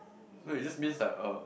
no it just means that uh